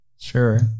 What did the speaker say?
sure